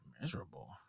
miserable